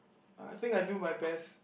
I think I do my best